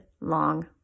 long